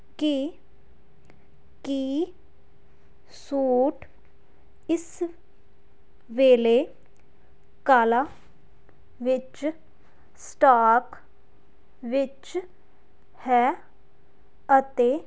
ਕਿ ਕੀ ਸੂਟ ਇਸ ਵੇਲੇ ਕਾਲਾ ਵਿੱਚ ਸਟਾਕ ਵਿੱਚ ਹੈ ਅਤੇ